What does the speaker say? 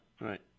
Right